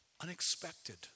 unexpected